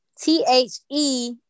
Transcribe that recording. t-h-e